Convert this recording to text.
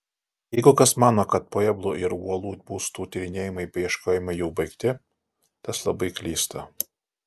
jeigu kas mano kad pueblų ir uolų būstų tyrinėjimai bei ieškojimai jau baigti tas labai klysta